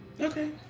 Okay